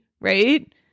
right